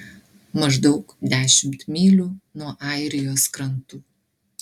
maždaug dešimt mylių nuo airijos krantų